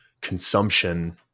consumption